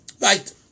Right